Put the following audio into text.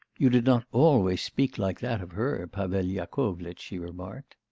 you did not always speak like that of her, pavel yakovlitch she remarked.